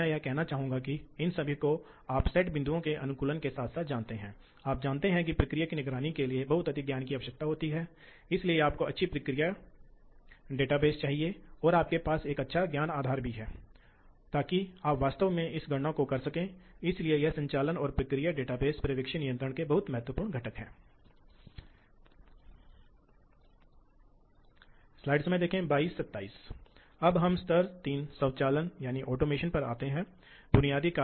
यह लंबाई हाथ गेंद के पेंच का नेतृत्व भी काटने बल अक्षीय दिशा में फ़ीड की आवश्यकता है तो फिर वह गेंद पेंच का नेतृत्व है और फिर तो यह कैसे हासिल किया जाता है क्योंकि अगर आपके पास है तो यह कुछ इस तरह से हासिल किया जाता है a आप ऊर्जा संरक्षण को जानते हैं इसलिए पेंच के एक रोटेशन में टॉर्क पिच में बल देने वाला है क्योंकि यदि स्क्रू के घूर्णन द्वारा बनाई गई रैखिक गति एक पिच यूनिट है तो इसलिए यदि हमारे पास ऊर्जा संरक्षण है फिर